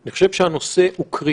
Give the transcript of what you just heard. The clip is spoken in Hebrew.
אני חושב שהנושא קריטי